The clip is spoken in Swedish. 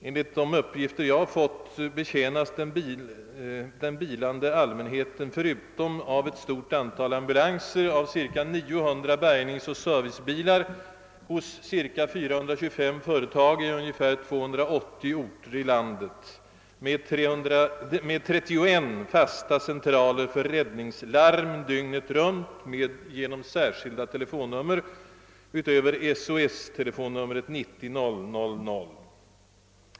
Enligt de uppgifter jag fått betjänas den bilande allmänheten, förutom av ett stort antal ambulanser, av cirka 900 räddningsoch servicebilar hos cirka 425 företag i ungefär 280 orter i landet med 31 fasta centraler för räddningslarm dygnet runt och med särskilda telefonnummer = utöver SOS-numret 90 000.